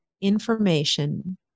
information